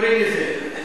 קוראים לזה.